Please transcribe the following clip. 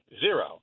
zero